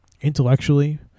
Intellectually